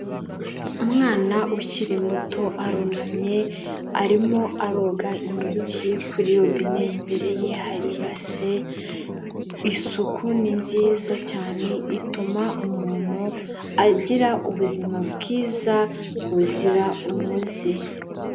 Umwana ukiri muto arunamye arimo aroga intoki kuri robine imbere ye hari ibase, isuku ni nziza cyane ituma umuntu agira ubuzima bwiza buzira umuze.